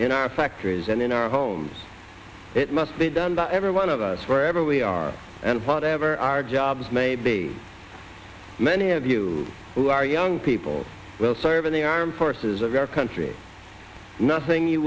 in our factories and in our homes it must be done by every one of us wherever we are and whatever our jobs may be many of you who are young people will serve in the armed forces of our country nothing you